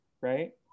right